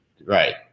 right